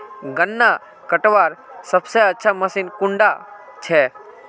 गन्ना कटवार सबसे अच्छा मशीन कुन डा छे?